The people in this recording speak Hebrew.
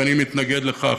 ואני מתנגד לכך.